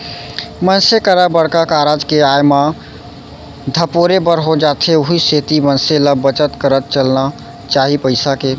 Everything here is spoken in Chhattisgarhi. मनसे करा बड़का कारज के आय म धपोरे बर हो जाथे उहीं सेती मनसे ल बचत करत चलना चाही पइसा के